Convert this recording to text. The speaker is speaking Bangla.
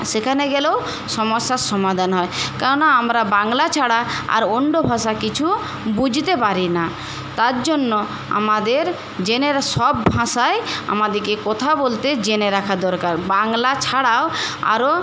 সেখানে গেলেও সমস্যার সমাধান হয় কেননা আমরা বাংলা ছাড়া আর অন্য ভাষা কিছুও বুঝতে পারিনা তার জন্য আমাদের জেনের সব ভাষাই আমাদেরকে কথা বলতে জেনে রাখা দরকার বাংলা ছাড়াও আরও